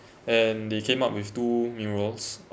and they came up with two murals